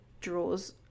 draws